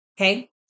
Okay